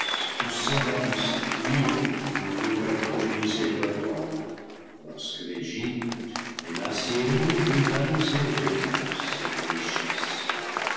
leurs dieux ou pour introniser leurs rois lorsque l'egypte et l'assyrie rivalisaient de luxe et de richesses